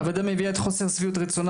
הוועדה מביעה את חוסר שביעות רצונה